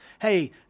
hey